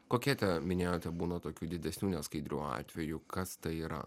kokie tie minėjote būna tokių didesnių neskaidrių atvejų kas tai yra